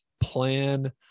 plan